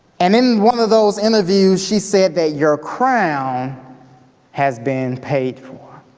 and in one of those interviews, she said that your crown has been paid for